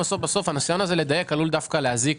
הניסיון הזה לדייק עלול דווקא להזיק,